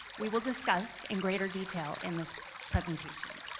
we will discuss in greater detail in this presentation.